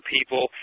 people